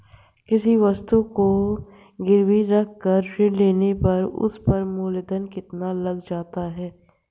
किसी वस्तु को गिरवी रख कर ऋण लेने पर उस पर मूलधन कितना लग जाता है?